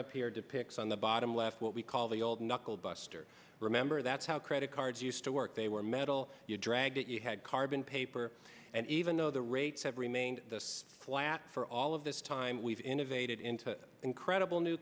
up here depicts on the bottom left what we call the old knuckle buster remember that's how credit cards used to work they were metal you drag it you had carbon paper and even though the rates have remained flat for all of this time we've innovated into incredible new